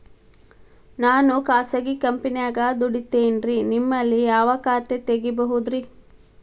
ನಾನು ಖಾಸಗಿ ಕಂಪನ್ಯಾಗ ದುಡಿತೇನ್ರಿ, ನಿಮ್ಮಲ್ಲಿ ಯಾವ ಖಾತೆ ತೆಗಿಬಹುದ್ರಿ?